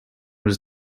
was